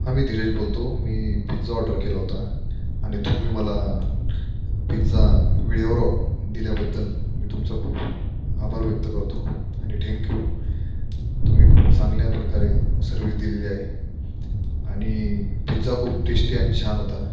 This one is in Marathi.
हा मी धीरज बोलतो मी पिझ्झा ऑर्डर केला होता आणि तुम्ही मला पिझ्झा वेळेवर दिल्याबद्दल मी तुमचा खूप आभार व्यक्त करतो आणि ठँक्यू तुम्ही खूप चांगल्या प्रकारे सर्विस दिलेली आहे आणि पिझ्झा खूप टेस्टी आणि छान होता